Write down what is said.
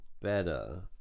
better